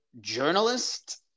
journalist